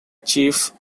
chief